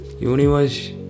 Universe